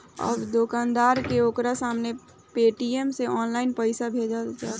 अब दोकानदार के ओकरा सामने पेटीएम से ऑनलाइन पइसा भेजा सकेला